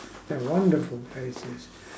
they're wonderful places